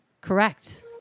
Correct